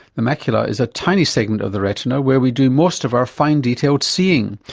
the macula is a tiny segment of the retina where we do most of our fine detailed seeing.